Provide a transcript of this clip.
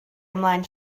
ymlaen